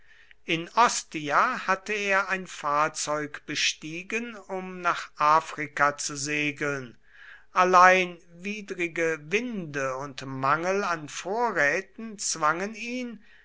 in ostia hatte er ein fahrzeug bestiegen um nach afrika zu segeln allein widrige winde und mangel an vorräten zwangen ihn